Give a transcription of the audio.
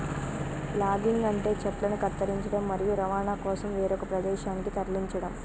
logging అంటే చెట్లను కత్తిరించడం, మరియు రవాణా కోసం వేరొక ప్రదేశానికి తరలించడం